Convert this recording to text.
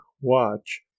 Watch